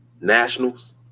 Nationals